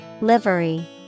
Livery